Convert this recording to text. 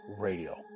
Radio